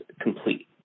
complete